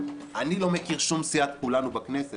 אני לא מכיר שום סיעת כולנו בכנסת.